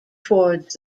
towards